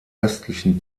östlichen